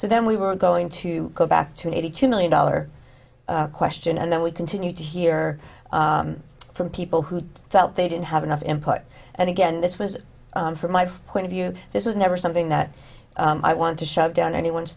so then we were going to go back to an eighty two million dollar question and then we continued to hear from people who felt they didn't have enough input and again this was from my point of view this was never something that i want to shove down anyone's